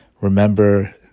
remember